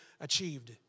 achieved